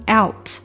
out